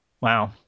Wow